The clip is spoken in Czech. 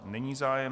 Není zájem.